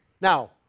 Now